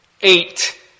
eight